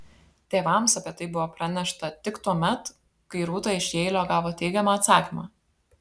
tėvams apie tai buvo pranešta tik tuomet kai rūta iš jeilio gavo teigiamą atsakymą